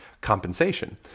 compensation